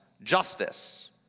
Justice